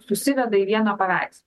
susiveda į vieną paveikslą